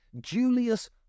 Julius